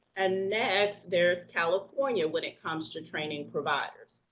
and next, there's california when it comes to training providers.